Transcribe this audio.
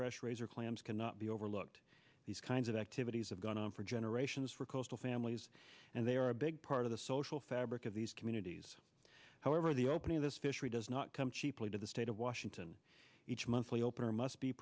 fresh razor clams cannot be overlooked these kinds of activities have gone on for generations for coastal families and they are a big part of the social fabric of these communities however the opening of this fishery does not come cheaply to the state of washington each monthly opener must be